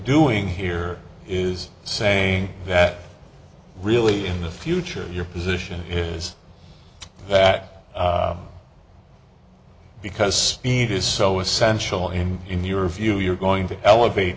doing here is saying that really in the future your position is that because speed is so essential and in your view you're going to elevate